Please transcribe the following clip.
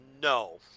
no